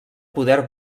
poder